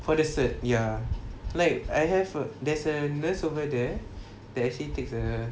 for the cert ya like I have a there's a nurse over there that actually take the